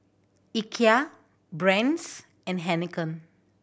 Ikea Brand's and Heinekein